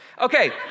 Okay